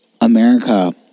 America